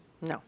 no